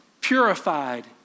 Purified